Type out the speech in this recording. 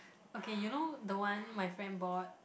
okay you know the one my friend bought